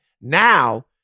now